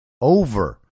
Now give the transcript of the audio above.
over